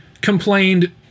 complained